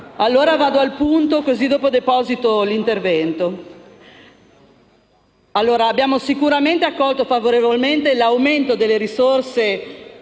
allora al punto e poi deposito l'intervento. Abbiamo sicuramente accolto favorevolmente l'aumento delle risorse,